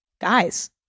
guys